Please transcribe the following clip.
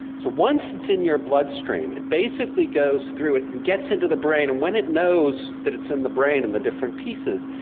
so once it's in your bloodstream, it basically goes through it and gets into the brain, and when it knows that it's in the brain in the different pieces,